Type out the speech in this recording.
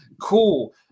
cool